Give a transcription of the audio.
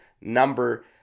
number